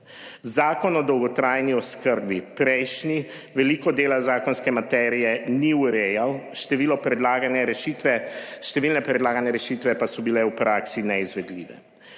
Zakon o dolgotrajni oskrbi prejšnji veliko dela zakonske materije ni urejal, število predlagane rešitve, številne predlagane rešitve